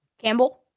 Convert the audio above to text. Campbell